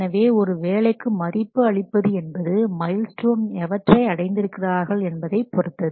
எனவே ஒரு வேலைக்கு மதிப்பு அளிப்பது என்பது மைல் ஸ்டோன் எவற்றை அடைந்திருக்கிறார்கள் என்பதை பொருத்து